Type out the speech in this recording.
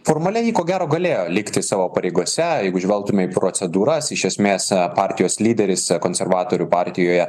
formaliai ji ko gero galėjo likti savo pareigose jeigu žvelgtume į procedūras iš esmės partijos lyderis konservatorių partijoje